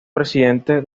presidente